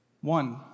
One